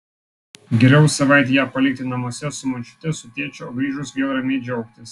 geriau savaitei ją palikti namuose su močiute su tėčiu o grįžus vėl ramiai džiaugtis